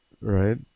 Right